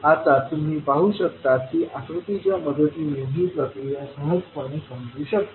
आता तुम्ही पाहू शकता की आकृतीच्या मदतीने ही प्रक्रिया सहजपणे समजु शकते